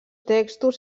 textos